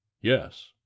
yes